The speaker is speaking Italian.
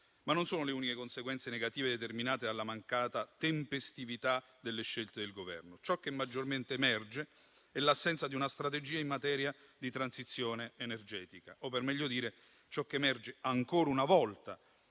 Ma non sono le uniche conseguenze negative determinate dalla mancata tempestività delle scelte del Governo. Ciò che maggiormente emerge è l'assenza di una strategia in materia di transizione energetica o, per meglio dire, ciò che emerge ancora una volta